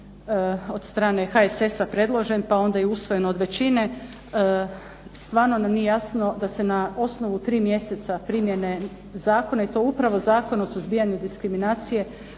od strane HSS-a predložen pa onda i usvojen od većine. Stvarno nam nije jasno da se na osnovu tri mjeseca primjene zakona i to upravo Zakona o suzbijanju diskriminacije